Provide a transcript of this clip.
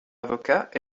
avocat